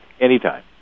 Anytime